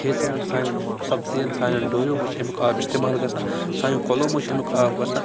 کھیتَن سانیٚن سبزِیَن سانیٚن ڈوٗریو منٛز چھِ اَمیُک آب اِستعمال گژھان سانیٚو کۄلو منٛز چھِ اَمیُک آب وَسان